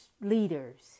leaders